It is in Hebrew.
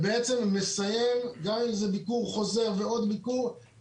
אם זה ביקור חוזר ועוד ביקור,